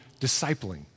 discipling